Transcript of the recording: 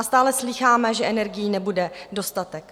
Stále slýcháme, že energií nebude dostatek.